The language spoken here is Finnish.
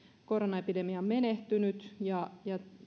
koronaepidemiaan menehtynyt ja